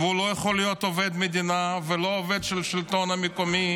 והוא לא יכול להיות עובד מדינה ולא עובד של השלטון המקומי,